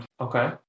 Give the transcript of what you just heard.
Okay